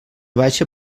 baixa